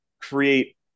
create